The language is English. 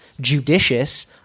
judicious